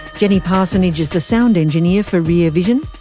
jenny parsonage is the sound engineer for rear vision.